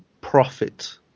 profit